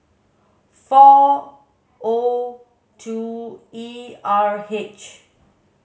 four O two E R H